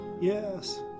Yes